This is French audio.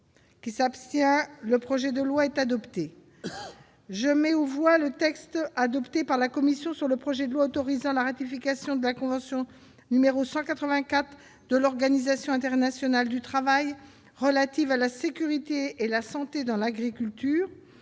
à l'adoption de ce texte. Je mets aux voix le texte adopté par la commission sur le projet de loi autorisant la ratification de la convention n° 184 de l'Organisation internationale du travail relative à la sécurité et la santé dans l'agriculture